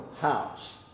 house